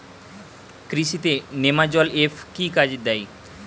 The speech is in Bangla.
কৃষি তে নেমাজল এফ কি কাজে দেয়?